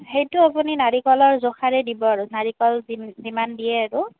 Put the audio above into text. সেইটো আপুনি নাৰিকলৰ জোখাৰে দিব আৰু নাৰিকল যিম যিমান দিয়ে আৰু